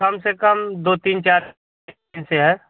कम से कम दो तीन चार दिन से है